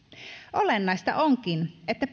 olennaista onkin että